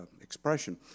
expression